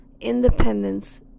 independence